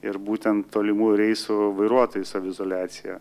ir būtent tolimųjų reisų vairuotojų saviizoliaciją